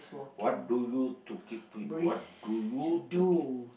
what do you to keep fit what do you to keep